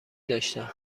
داشتم